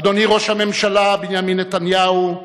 אדוני ראש הממשלה בנימין נתניהו,